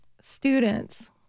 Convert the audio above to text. students